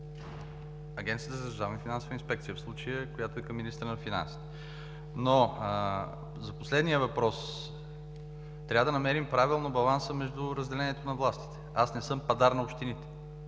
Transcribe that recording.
Агенцията за държавната финансова инспекция в случая, която е към министъра на финансите. За последния въпрос трябва да намерим правилно баланса между разделението на властите. Аз не съм пъдар на общините.